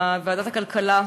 בוועדת הכלכלה,